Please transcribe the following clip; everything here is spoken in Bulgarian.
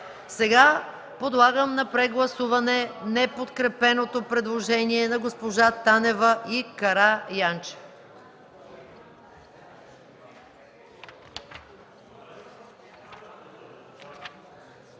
Подлагам на прегласуване неподкрепеното предложение на госпожа Танева и госпожа